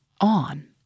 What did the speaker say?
On